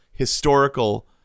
historical